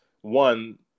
one